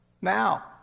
Now